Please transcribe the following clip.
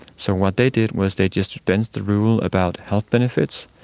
so what they did was they just bent the rule about health benefits,